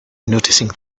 noticing